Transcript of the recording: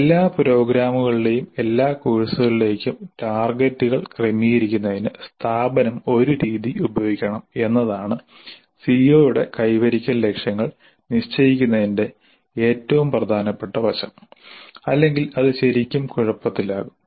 എല്ലാ പ്രോഗ്രാമുകളിലെയും എല്ലാ കോഴ്സുകളിലേക്കും ടാർഗെറ്റുകൾ ക്രമീകരിക്കുന്നതിന് സ്ഥാപനം ഒരു രീതി ഉപയോഗിക്കണം എന്നതാണ് സിഒയുടെ കൈവരിക്കൽ ലക്ഷ്യങ്ങൾ നിശ്ചയിക്കുന്നതിന്റെ ഏറ്റവും പ്രധാനപ്പെട്ട വശം അല്ലെങ്കിൽ അത് ശരിക്കും കുഴപ്പത്തിലാകും